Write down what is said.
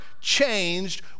changed